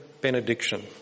benediction